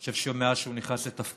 אני חושב שמאז שהוא נכנס לתפקידו,